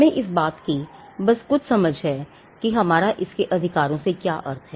हमें इस बात की बस कुछ समझ है कि हमारा इसके अधिकारों से क्या अर्थ है